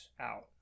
out